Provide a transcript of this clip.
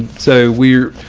so we're,